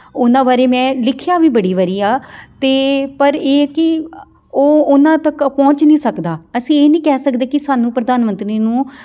ਉਹਨਾਂ ਬਾਰੇ ਮੈਂ ਲਿਖਿਆ ਵੀ ਬੜੀ ਵਾਰੀ ਆ ਅਤੇ ਪਰ ਇਹ ਕੀ ਉਹ ਉਹਨਾਂ ਤੱਕ ਪਹੁੰਚ ਨਹੀਂ ਸਕਦਾ ਅਸੀਂ ਇਹ ਨਹੀਂ ਕਹਿ ਸਕਦੇ ਕਿ ਸਾਨੂੰ ਪ੍ਰਧਾਨ ਮੰਤਰੀ ਨੂੰ